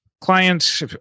client